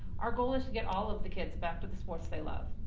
our goal is to get all of the kids back to the sports they love.